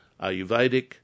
Ayurvedic